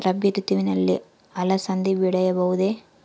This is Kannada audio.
ರಾಭಿ ಋತುವಿನಲ್ಲಿ ಅಲಸಂದಿ ಬೆಳೆಯಬಹುದೆ?